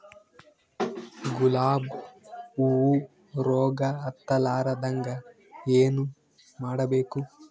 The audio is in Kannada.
ಗುಲಾಬ್ ಹೂವು ರೋಗ ಹತ್ತಲಾರದಂಗ ಏನು ಮಾಡಬೇಕು?